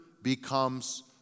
becomes